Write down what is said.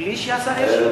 בלי שהשר ישמע?